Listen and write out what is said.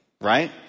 right